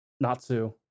Natsu